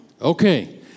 Okay